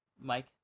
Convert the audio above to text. Mike